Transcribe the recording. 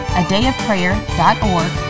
adayofprayer.org